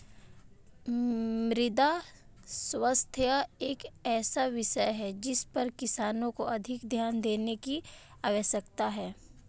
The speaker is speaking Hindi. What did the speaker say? मृदा स्वास्थ्य एक ऐसा विषय है जिस पर किसानों को अधिक ध्यान देने की आवश्यकता है